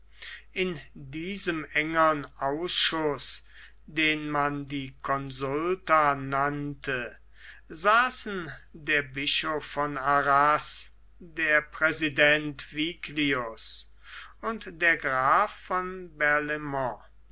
in diesem engern ausschuß den man die consulta nannte saßen der bischof von arras der präsident viglius und der graf von